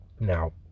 Now